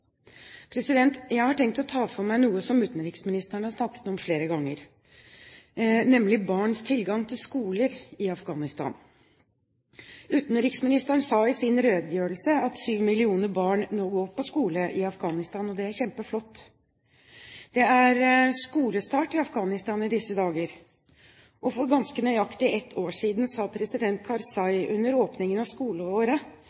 Jeg har tenkt å ta for meg noe som utenriksministeren har snakket om flere ganger, nemlig barns tilgang til skoler i Afghanistan. Utenriksministeren sa i sin redegjørelse at syv millioner barn nå går på skole i Afghanistan, og det er kjempeflott. Det er skolestart i Afghanistan i disse dager, og for ganske nøyaktig ett år siden sa president Karzai